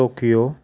Tokyo